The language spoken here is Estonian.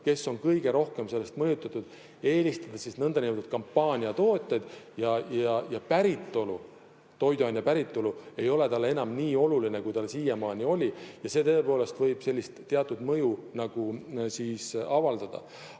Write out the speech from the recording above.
kes on kõige rohkem sellest mõjutatud, eelistada nõndanimetatud kampaaniatooteid ja toiduaine päritolu ei ole talle enam nii oluline, kui talle siiamaani oli. See tõepoolest võib sellist teatud mõju avaldada.